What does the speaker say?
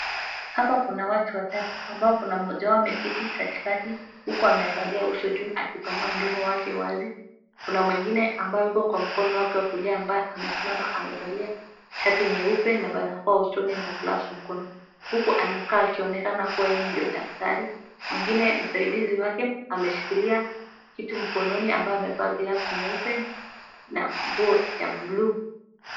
Hapa kuna watu watatu ambao kuna mmoja wao ameketi katikati huku ameangalia uso juu akipanua mdomo wake wazi. Kuna mwingine ambaye yuko kwa mkono wake wa kulia ambaye amesimama amevalia shati nyeupe na barakoa usoni na glavu mkononi huku anakaa akionekana kuwa yeye ndio daktari. Mwingine msaidizi wake ameshikilia kitu mkononi ambaye amevaa glavu nyeupe na nguo ya blue .